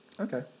Okay